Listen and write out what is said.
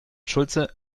schulze